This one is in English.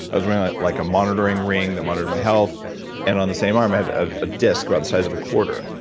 i was wearing like like a monitoring ring that monitored my health and on the same arm i had ah a disc about the size of a quarter,